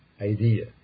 idea